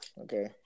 Okay